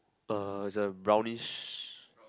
uh it's a brownish